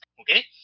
Okay